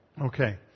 Okay